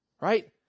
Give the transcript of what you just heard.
Right